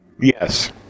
Yes